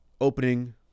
opening